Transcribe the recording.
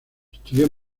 estudió